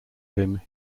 him